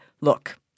look